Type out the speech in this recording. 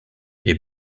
est